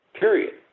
Period